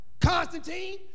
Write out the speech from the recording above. Constantine